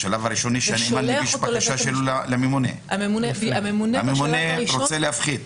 השלב הראשוני הוא שהנאמן מגיש בקשה לממונה והממונה רוצה להפחית.